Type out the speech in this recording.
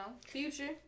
future